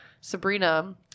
Sabrina